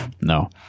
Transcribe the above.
no